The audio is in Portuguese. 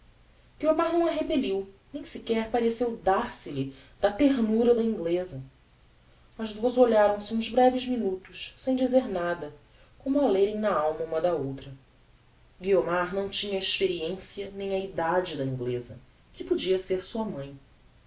não a repelliu nem sequer pareceu dar se lhe da ternura da ingleza as duas olharam se uns breves minutos sem dizer nada como a lerem na alma uma da outra guiomar não tinha a experiencia nem a edade da ingleza que podia ser sua mãe